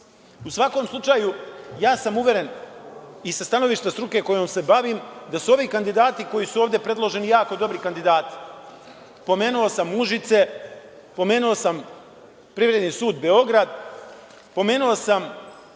svakom slučaju, ja sam uveren, i sa stanovišta struke kojom se bavim, da su ovi kandidati koji su ovde predloženi jako dobri kandidati. Pomenuo sam Užice, pomenuo sam Privredni sud Beograd, pomenuo sam